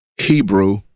Hebrew